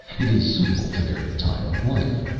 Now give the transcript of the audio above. it is suitable to their time of life.